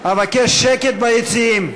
אבקש שקט ביציעים.